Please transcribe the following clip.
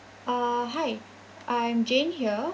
uh hi I'm jane here